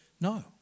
no